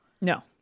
no